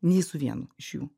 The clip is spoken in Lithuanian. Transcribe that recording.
nei su vienu iš jų